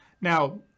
Now